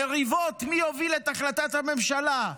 מריבות מי יוביל את החלטת הממשלה.